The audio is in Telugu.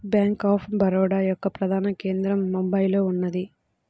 బ్యేంక్ ఆఫ్ బరోడ యొక్క ప్రధాన కేంద్రం బొంబాయిలో ఉన్నది